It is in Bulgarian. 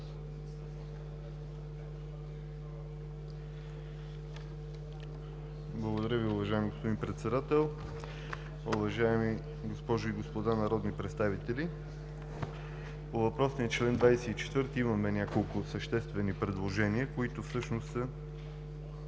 Благодаря Ви, уважаеми господин Председател. Уважаеми госпожи и господа народни представители, по въпросния чл. 24 имаме няколко съществени предложения, които всъщност са